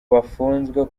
bafunzwe